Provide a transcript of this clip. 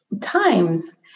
times